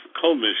commission